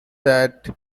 that